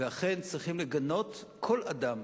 ואכן צריכים לגנות כל אדם,